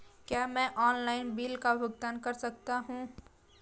क्या मैं online bill का भुगतान कर सकता हूँ?